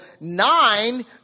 nine